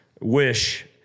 wish